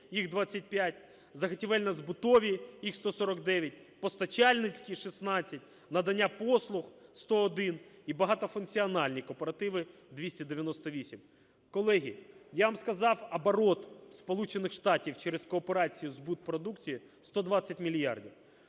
їх 25, заготівельно-збутові, їх 149, постачальницькі – 16, надання послуг – 101, і багатофункціональні кооперативи – 298. Колеги, я вам сказав, оборот Сполучених Штатів через кооперацію і збут продукції - 120 мільярдів,